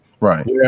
Right